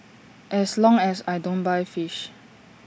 as long as I don't buy fish